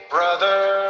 brother